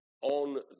on